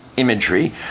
Imagery